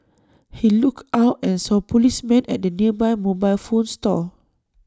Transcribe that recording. he looked out and saw policemen at the nearby mobile phone store